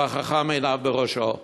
והחכם, עיניו בראשו.